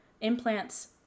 implants